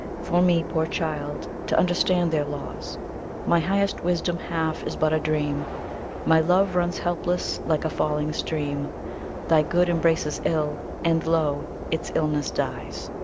for me, poor child, to understand their laws my highest wisdom half is but a dream my love runs helpless like a falling stream thy good embraces ill, and lo! its illness dies!